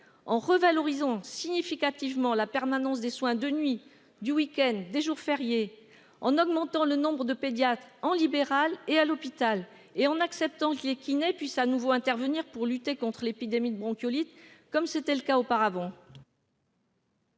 en revalorisant significativement la permanence des soins de nuit du week-ends et jours fériés en augmentant le nombre de pédiatres en libéral, et à l'hôpital et en acceptant que les kinés puissent à nouveau intervenir pour lutter contre l'épidémie de bronchiolite, comme c'était le cas auparavant.